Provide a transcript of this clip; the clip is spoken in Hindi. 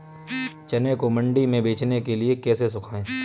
चने को मंडी में बेचने के लिए कैसे सुखाएँ?